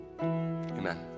Amen